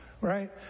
right